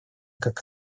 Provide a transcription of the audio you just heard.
как